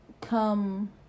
come